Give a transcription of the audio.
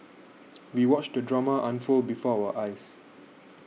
we watched the drama unfold before our eyes